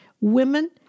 Women